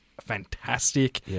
fantastic